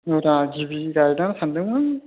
औब्रा गिबि गायनो सान्दोंमोन